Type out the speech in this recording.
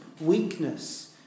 weakness